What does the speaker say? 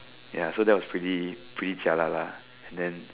ya so that was pretty pretty jialat lah and then